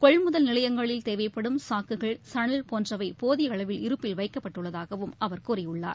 கொள்முதல் நிலையங்களில் தேவைப்படும் சாக்குகள் சனல் போன்றவை போதிய அளவில் இருப்பில் வைக்கப்பட்டுள்ளதாகவும் அவர் கூறியுள்ளார்